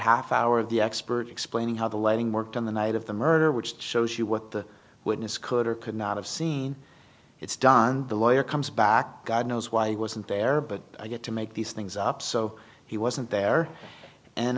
half hour the expert explaining how the lending worked on the night of the murder which shows you what the witness could or could not have seen it's done the lawyer comes back god knows why he was unfair but you get to make these things up so he wasn't there